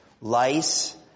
lice